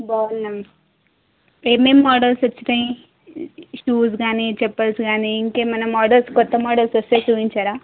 బాగున్నాం ఏమేం మోడల్స్ వచ్చాయి షూస్ కానీ చప్పల్స్ కానీ ఇంకేమైనా మోడల్స్ కొత్త మోడల్స్ వస్తే చూపించరా